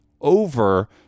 over